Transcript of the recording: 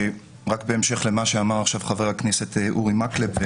בהמשך למה שאמר עכשיו חבר הכנסת אורי מקלב,